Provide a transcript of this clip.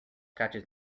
catches